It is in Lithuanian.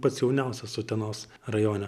pats jauniausias utenos rajone